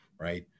right